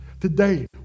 Today